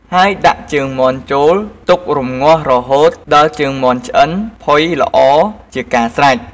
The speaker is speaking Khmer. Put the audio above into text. ហើយដាក់ជើងមាន់ចូលទុករម្ងាស់រហូតដល់ជើងមាន់ឆ្អិនផុយល្អជាការស្រេច។